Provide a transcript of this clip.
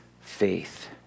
faith